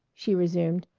she resumed,